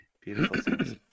beautiful